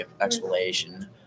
explanation